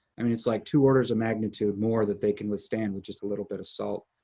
i mean, it's like two orders of magnitude more that they can withstand with just a little bit of salt.